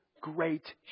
great